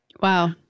Wow